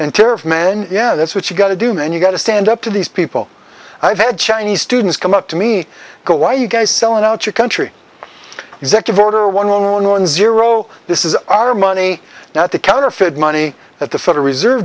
and tariff man yeah that's what you got to do man you've got to stand up to these people i've had chinese students come up to me go why you guys selling out your country executive order one one one zero this is our money now to counterfeit money at the federal reserve